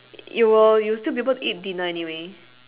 you will you'll still people to eat dinner anyway